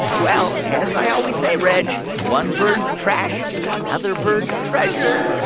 well, as i always say, reg, one bird's trash is another bird's treasure